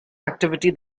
activity